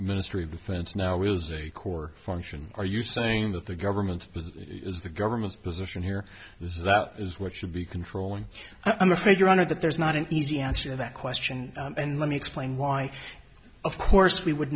ministry of defense now will as a core function are you saying that the government is the government's position here is that is what should be controlling i'm afraid your honor that there's not an easy answer to that question and let me explain why of course we would